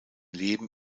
leben